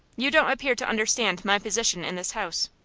you don't appear to understand my position in this house.